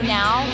now